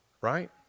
Right